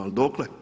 Ali dokle?